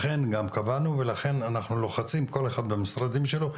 לכן גם קבענו ולכן אנחנו לוחצים כל אחד במשרדים שלו,